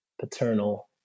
paternal